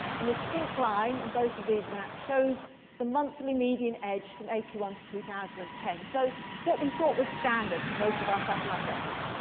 and this pink line in both of these maps shows the monthly median edge from eighty one to two thousand and ten. so what we thought was standard for most of our satellite record.